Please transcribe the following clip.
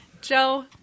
Joe